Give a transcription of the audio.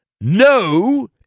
no